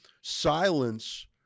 silence